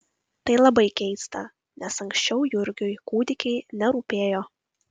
tai labai keista nes anksčiau jurgiui kūdikiai nerūpėjo